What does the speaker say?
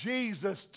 Jesus